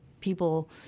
people